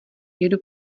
jedu